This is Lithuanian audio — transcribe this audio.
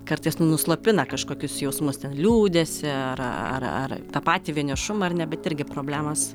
kartais nuslopina kažkokius jausmus ten liūdesį ar ar ar tą patį vienišumą ar ne bet irgi problemos